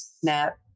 snap